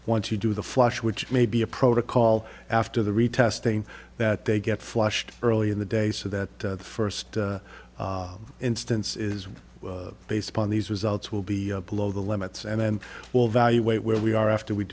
once you do the flush which may be a protocol after the retesting that they get flushed early in the day so that the first instance is based upon these results will be below the limits and then will evaluate where we are after we